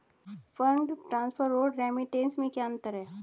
Fund transfer और remittance में क्या अंतर है?